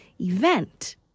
event